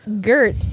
Gert